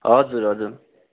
हजुर हजुर